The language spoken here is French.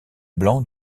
blanc